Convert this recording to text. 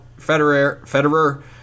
Federer